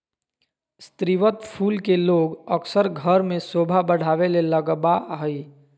स्रीवत फूल के लोग अक्सर घर में सोभा बढ़ावे ले लगबा हइ